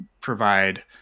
provide